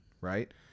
right